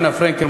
רינה פרנקל,